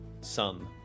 Sun